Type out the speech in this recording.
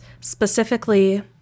specifically